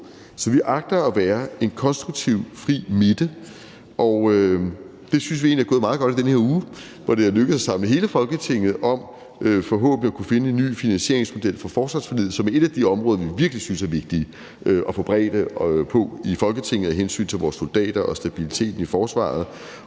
Så vi agter at være en konstruktiv fri midte, og det synes vi egentlig er gået meget godt i den her uge, hvor det er lykkedes at samle hele Folketinget om forhåbentlig at kunne finde en ny finansieringsmodel for forsvarsforliget, som er et af de områder, som vi virkelig synes det er vigtigt at få en bredde på i Folketinget af hensyn til vores soldater og stabiliteten i forsvaret.